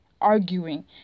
arguing